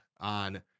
on